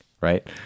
right